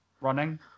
Running